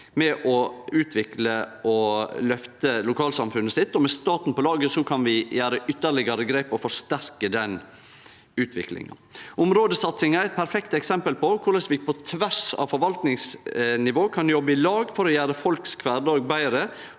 med å utvikle og løfte lokalsamfunnet sitt, og med staten på laget kan vi gjere ytterlegare grep og forsterke den utviklinga. Områdesatsinga er eit perfekt eksempel på korleis vi på tvers av forvaltingsnivå kan jobbe i lag for å gjere folks kvardag betre